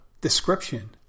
description